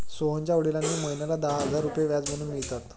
सोहनच्या वडिलांना महिन्याला दहा हजार रुपये व्याज म्हणून मिळतात